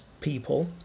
people